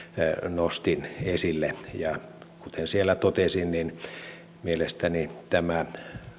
nostin esille ja kuten siellä totesin mielestäni tämä